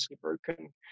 broken